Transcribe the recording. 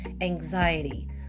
anxiety